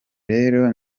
rero